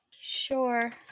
sure